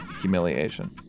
humiliation